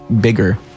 bigger